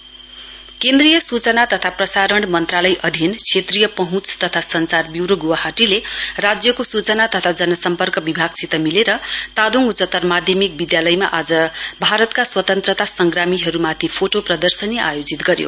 आजादी का अमृत महोत्सव केन्द्रीय सुचना तथा प्रसरण अधीन क्षेत्रीय पहुँच तथा संचार ब्यूरो गुवाहाटीले राज्यको सूचना तथा जनसम्पर्क विभागसित मिलेर तादोङ उच्चतर माध्यमिक विद्यालयमा आज भारतका स्वतन्त्रका संग्रमीहरुमाथि फोटो प्रदर्शनी आयोजित गर्यो